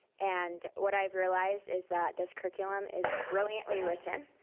and what i've realized is that this curriculum is brilliantly written.